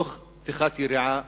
תוך פתיחת יריעה